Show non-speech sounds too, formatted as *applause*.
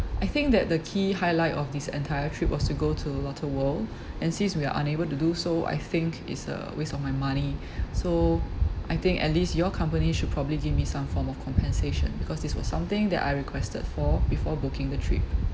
I think that the key highlight of this entire trip was to go to lotte world *breath* and since we are unable to do so I think it's a waste of my money *breath* so I think at least your company should probably give me some form of compensation because this was something that I requested for before booking the trip